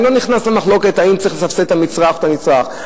אני לא נכנס למחלוקת אם צריך לסבסד את המצרך או את הנצרך,